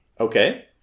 Okay